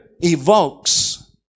evokes